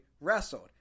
wrestled